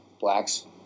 blacks